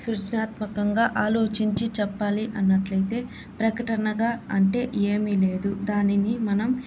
సృజనాత్మకంగా ఆలోచించి చెప్పాలి అన్నట్లయితే ప్రకటనగా అంటే ఏమీ లేదు దానిని మనం